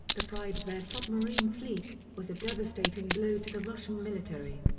the pride of their submarine fleet, was a devastating blow to the russian military.